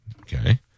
Okay